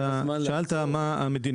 אתה שאלת מהי המדיניות,